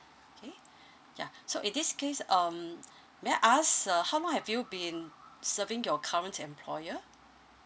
okay yeah so in this case um may I ask uh how long have you been serving your current employer